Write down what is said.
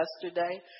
yesterday